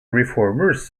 reformers